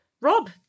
Rob